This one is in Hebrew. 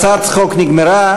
הצעת הצחוק נגמרה.